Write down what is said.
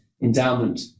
endowment